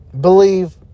Believe